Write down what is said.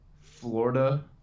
Florida